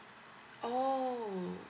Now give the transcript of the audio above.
oh